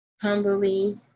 humbly